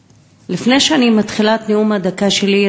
לפני שאני מתחילה את הנאום בן הדקה שלי,